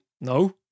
No